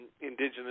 indigenous